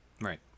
Right